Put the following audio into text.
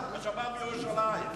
לשבת ולירושלים.